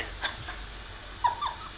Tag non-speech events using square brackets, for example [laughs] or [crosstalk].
[laughs]